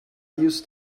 use